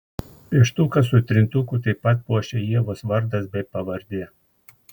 pieštuką su trintuku taip pat puošia ievos vardas bei pavardė